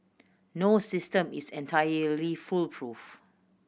no system is entirely foolproof